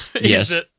Yes